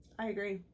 i agree.